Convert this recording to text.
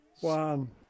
One